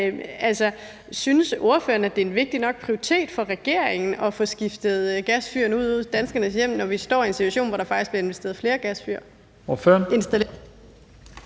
høre, om ordføreren synes, at det er en vigtig nok prioritet for regeringen at få skiftet gasfyrene ud ude i danskernes hjem, når vi står i en situation, hvor der faktisk bliver installeret flere gasfyr. Kl.